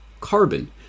carbon